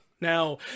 Now